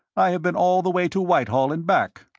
i have been all the way to whitehall and back.